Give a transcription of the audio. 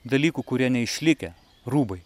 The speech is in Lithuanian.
dalykų kurie neišlikę rūbai